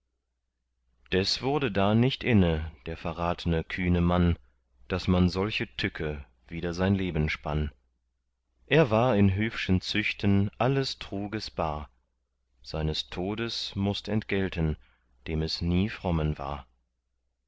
des wurde da nicht inne der verratne kühne mann daß man solche tücke wider sein leben spann er war in höfschen züchten alles truges bar seines todes mußt entgelten dem es nie frommen war